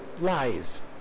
lies